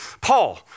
Paul